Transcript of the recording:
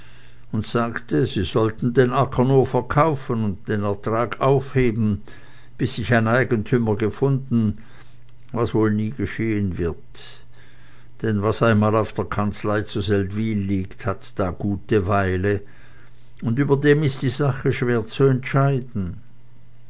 und sagte sie sollten den acker nur verkaufen und den ertrag aufheben bis sich ein eigentümer gefunden was wohl nie geschehen wird denn was einmal auf der kanzlei zu seldwyl liegt hat da gute weile und überdem ist die sache schwer zu entscheiden